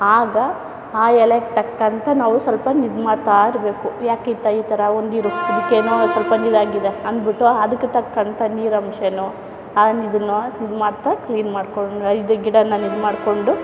ಆಗ ಆ ಎಲೆಗೆ ತಕ್ಕಂಥ ನಾವು ಸ್ವಲ್ಪ ಇದು ಮಾಡ್ತಾಯಿರಬೇಕು ಯಾಕೆ ಈ ಥರ ಒಂದು ಇರು ಅದಕ್ಕೇನೋ ಸ್ವಲ್ಪವಿದಾಗಿದೆ ಅಂದ್ಬಿಟ್ಟು ಅದಕ್ಕೆ ತಕ್ಕಂಥ ನೀರಂಶನೋ ಇದನ್ನೋ ಇದ್ಮಾಡ್ತಾ ಕ್ಲೀನ್ ಮಾಡಿಕೊಂಡು ಇದು ಗಿಡನ ಇದು ಮಾಡಿಕೊಂಡು